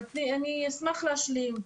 אני אשמח להשלים.